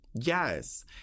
Yes